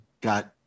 got